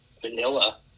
vanilla